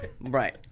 Right